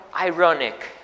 ironic